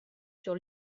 sur